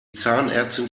zahnärztin